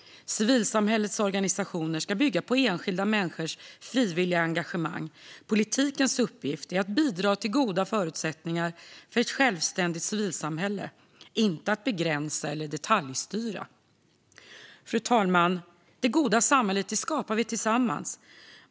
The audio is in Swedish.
Civilsamhällets organisationer ska bygga på enskilda människors frivilliga engagemang. Politikens uppgift är att bidra till goda förutsättningar för ett självständigt civilsamhälle, inte att begränsa eller detaljstyra. Fru talman! Det goda samhället skapar vi tillsammans.